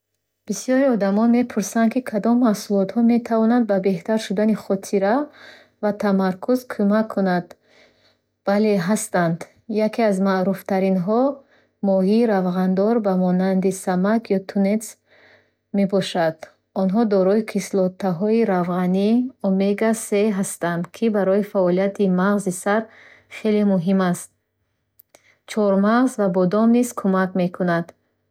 Бисёр одамон мепурсанд, ки кадом маҳсулотҳо метавонанд ба беҳтар шудани хотира ва тамаркуз кӯмак кунанд. Бале ҳастанд! Яке аз маъруфтаринҳо, ин моҳии равғандор, ба монанди самак ё тунец мебошад. Онҳо дорои кислотаҳои равғании Омега-се ҳастанд, ки барои фаъолияти мағзи сар хеле муҳим аст. Чормағз ва бодом низ кумак мекунад.